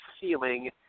ceiling